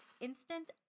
instant